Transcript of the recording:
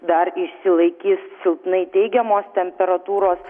dar išsilaikys silpnai teigiamos temperatūros